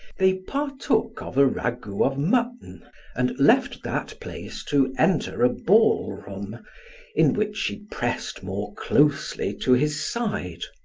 they partook of a ragout of mutton and left that place to enter a ball-room in which she pressed more closely to his side.